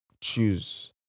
choose